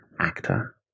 Actor